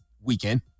Weekend